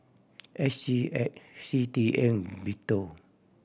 S G X C T A and BTO